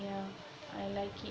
yeah I like it